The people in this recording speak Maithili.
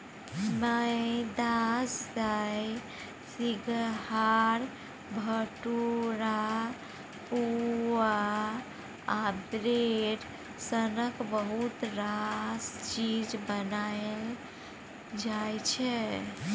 मेदा सँ सिंग्हारा, भटुरा, पुआ आ ब्रेड सनक बहुत रास चीज बनाएल जाइ छै